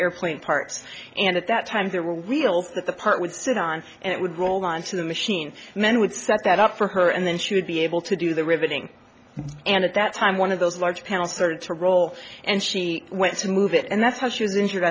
airplane parts and at that time there were real for the part would sit on and it would roll onto the machine and then would set that up for her and then she would be able to do the riveting and at that time one of those large panels started to roll and she went to move it and that's how she was injured